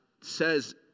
says